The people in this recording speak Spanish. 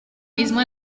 mismo